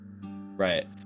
Right